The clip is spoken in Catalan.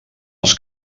els